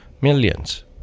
millions